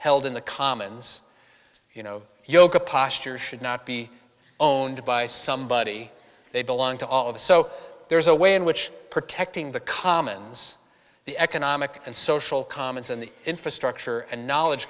held in the commons you know yoga postures should not be own by somebody they belong to all of us so there is a way in which protecting the commons the economic and social comments and the infrastructure and knowledge